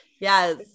yes